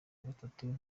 nagatatu